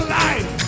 life